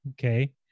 Okay